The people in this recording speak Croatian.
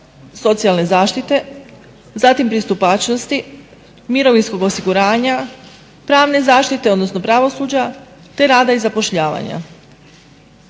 socijalne zaštite, zatim pristupačnosti mirovinskog osiguranja, pravne zaštite, odnosno pravosuđa, te rada i zapošljavanja.